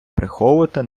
приховувати